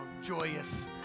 joyous